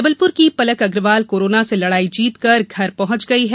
जबलपुर की पलक अग्रवाल कोरोना से लड़ाई जीतकर घर पहॅच गई है